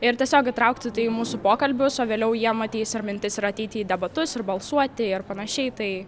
ir tiesiog įtraukti tai į mūsų pokalbius o vėliau jiem ateis ir mintis ir ateiti į debatus ir balsuoti ir panašiai tai